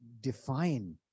define